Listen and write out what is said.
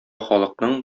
халыкның